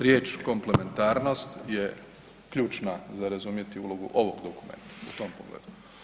Riječ komplementarnost je ključna za razumjeti ulogu ovog dokumenta u tom pogledu.